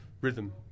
rhythm